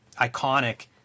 iconic